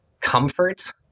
comfort